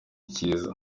kiza